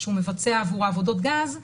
שהוא מבצע עבורה עבודות גז,